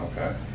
Okay